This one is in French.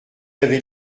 avez